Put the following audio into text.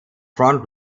front